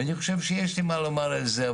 ואני חושב שיש לי מה לומר על זה,